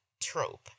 trope